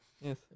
Yes